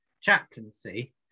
chaplaincy